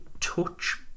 touch